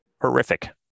horrific